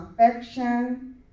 affection